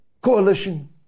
coalition